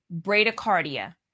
bradycardia